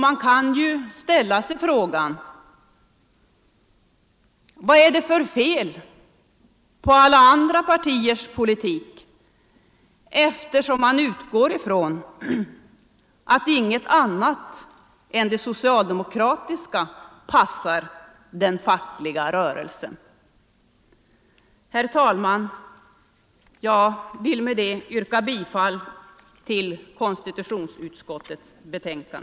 Man kan ju ställa sig frågan: Vad är det för fel på alla andra partiers politik, eftersom man utgår ifrån att inget annat än den socialdemokratiska passar den fackliga rörelsen? Herr talman! Jag vill med det yrka bifall till konstitutionsutskottets hemställan.